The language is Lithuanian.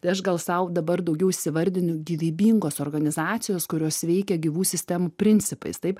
tai aš gal sau dabar daugiau įsivardinu gyvybingos organizacijos kurios veikia gyvų sistemų principais taip